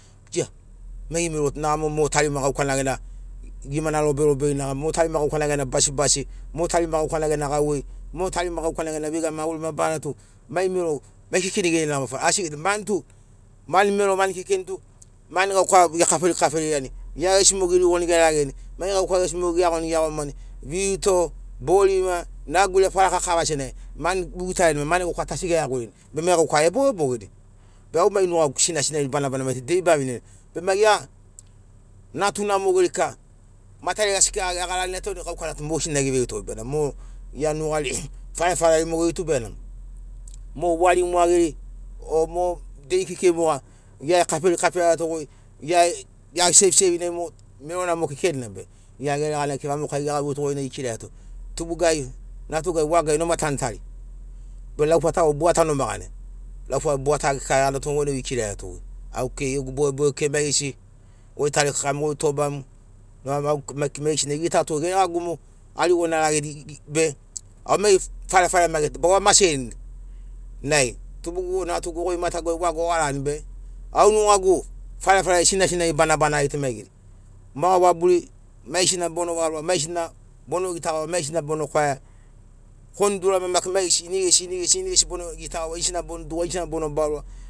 Mai geri mero nogamo mo tarima gaukana gen gimana ruberuberi nogamo mo tarima gaukana gena basibasi mo tarima gaukana gena gauvei mo tarima gaukana gena veiga maguri mabarari tu mai mero mai kekeni gena asigina mantu gekafei kaferiani gia gesi mo gerigoni gerageni mai gauka gesi mo geiagoni geiagomani mito borima nagure faraka kava senagi man bugitaiani mai gauka tu asi geiaguirini be mai gauka ebogebogeni be au mai nugagu sinasinari banabanari tu dei bviniani be mai gia natuna mogei kika matariai asi kika gegarani etoni gaukara tu mogesina geveirito goi be na mo gia nugari farefareri mogeri tu bena mo wari mogeri o mo dei kekei moga gia kaferi kaferi iatogaoi gia sevisevinai mo merona o kekenina be gia geregan kekei vamokai gegauveito goi nai ikiraiato goi tubugai natugai waigai noma tanutari be laufata o buata noma gani laufata e buata kika ikiraiato goi au kekei gegu bogeboge kekei mai gesi goi tarikakamu goi tobamu mai gesina gita tu geregagu mo arigoni aregeni be au mai farefare mai geri tu bawa maserini nai tubugu natugu goi mataguai ogaran be au nugagu farefareri sinasina banabanari tu mai geri mogo vaburi mai gesina bona varoa mai gesina bono gita gaua maigesina bona kwaia koni durana maki maigesi ini gesi ini gesi ini gesi bono gitagaua ini gesina mo dugua ini gesina bono barua